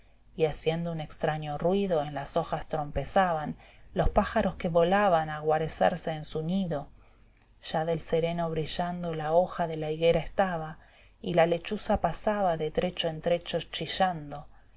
y haciendo un extraño ruido en las hojas trompezaban los pájaros que volaban a guarecerse en su nido ya del sereno brillando la hoja de la higuera estaba y la lechuza pasaba de trecho en trecho chillando